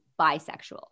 bisexual